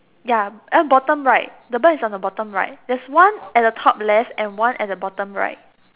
ya uh bottom right the bird is on the bottom right there is one at the top left and one at the bottom right